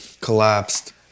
collapsed